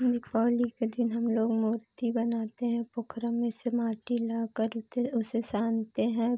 दीपावली के दिन हम लोग मूर्ति बनाते हैं पोखर में से माटी लाकर के उसे सानते हैं